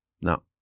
No